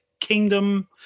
kingdom